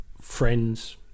friends